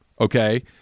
okay